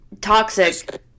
Toxic